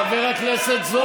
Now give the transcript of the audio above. חבר הכנסת זוהר.